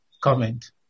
comment